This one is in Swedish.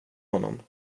honom